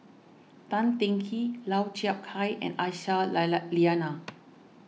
Tan Teng Kee Lau Chiap Khai and Aisyah Lyana